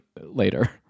later